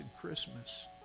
Christmas